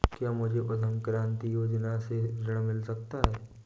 क्या मुझे उद्यम क्रांति योजना से ऋण मिल सकता है?